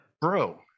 bro